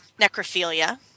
Necrophilia